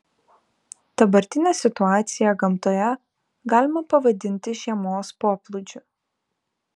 dabartinę situaciją gamtoje galima pavadinti žiemos poplūdžiu